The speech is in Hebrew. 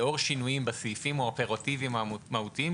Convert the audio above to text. לאור שינויים בסעיפים האופרטיביים המהותיים,